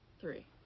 three